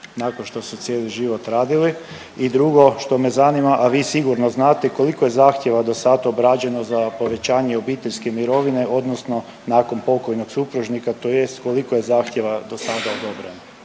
nakon što su cijeli život radili. I drugo što me zanima, a vi sigurno znate koliko je zahtjeva do sad obrađeno za povećanje obiteljske mirovine odnosno nakon pokojnog supružnika, tj. koliko je zahtjeva do sada odobreno.